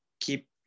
keep